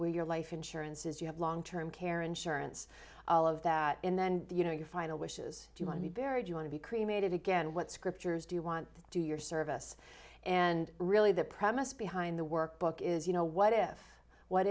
where your life insurance is you have long term hair insurance that in the end you know your final wishes do you want to be buried you want to be cremated again what scriptures do you want to do your service and really the premise behind the workbook is you know what if what